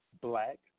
black